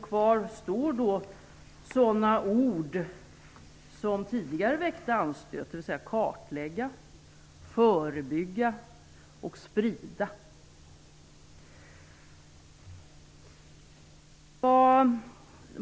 Kvar står sådana ord som tidigare väckte anstöt, dvs. "kartlägga", "förebygga" och "sprida".